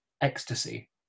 ecstasy